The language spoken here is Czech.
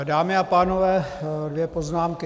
Dámy a pánové, dvě poznámky.